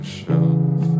shelf